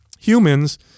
humans